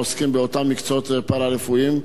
העוסקים באותם מקצועות פארה-רפואיים,